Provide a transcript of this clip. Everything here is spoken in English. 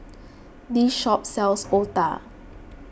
this shop sells Otah